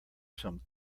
some